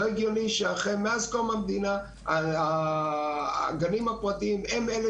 לא הגיוני שמאז קום המדינה הגנים הפרטיים הם אלה